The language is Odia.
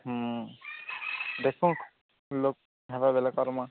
ହୁଁ ଦେଖ ଲୋକ ହେବା ବୋଲେ କରମା